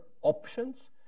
options